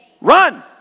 Run